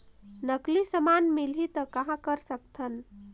नकली समान मिलही त कहां कर सकथन?